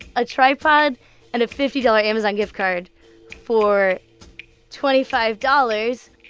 a tripod and a fifty dollars amazon gift card for twenty five dollars.